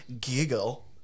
giggle